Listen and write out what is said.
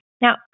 Now